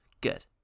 Good